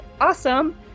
awesome